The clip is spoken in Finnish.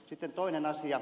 sitten toinen asia